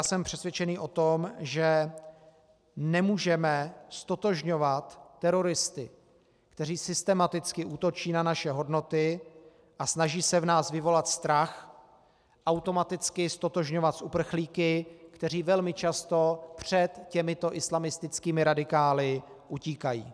Jsem přesvědčený o tom, že nemůžeme ztotožňovat teroristy, kteří systematicky útočí na naše hodnoty a snaží se v nás vyvolat strach, automaticky ztotožňovat s uprchlíky, kteří velmi často před těmito islamistickými radikály utíkají.